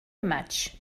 much